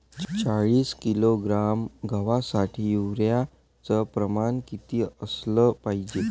चाळीस किलोग्रॅम गवासाठी यूरिया च प्रमान किती असलं पायजे?